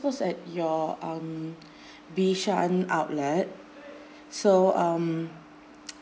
was at your um bishan outlet so um